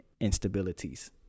instabilities